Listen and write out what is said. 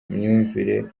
myumvire